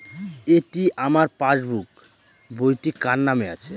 এটি আমার পাসবুক বইটি কার নামে আছে?